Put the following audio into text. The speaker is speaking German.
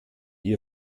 ihr